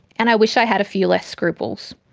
and i wish i had a few less scruples.